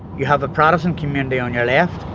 you have a protestant community on your left